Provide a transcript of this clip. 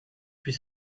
plus